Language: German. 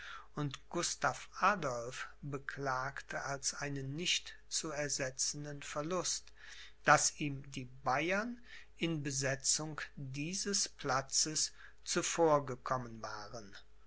und gustav adolph beklagte als einen nicht zu ersetzenden verlust daß ihm die bayern in besetzung dieses platzes zuvorgekommen waren